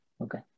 Okay